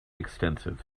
extensive